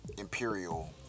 Imperial